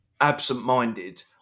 absent-minded